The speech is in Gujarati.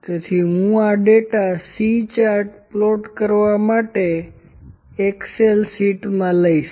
તેથી હું આ ડેટા C ચાર્ટ પ્લોટ કરવા માટે એક્સેલ શીટ માં લઈશ